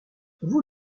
vous